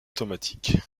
automatique